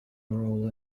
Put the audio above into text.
role